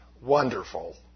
wonderful